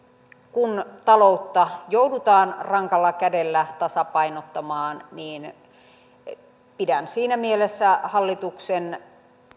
kun taloutta joudutaan rankalla kädellä tasapainottamaan pidän siinä mielessä hallituksen